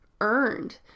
earned